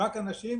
אנשים